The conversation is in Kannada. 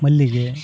ಮಲ್ಲಿಗೆ